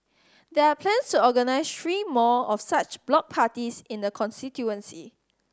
there are plans to organise three more of such block parties in the constituency